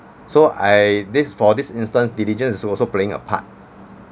so I this for this instance diligence is also playing a part